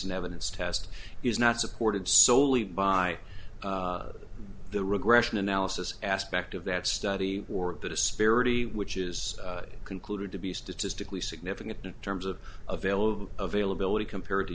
in evidence test is not supported solely by the regression analysis aspect of that study or the disparity which is concluded to be statistically significant in terms of avail of availability compared to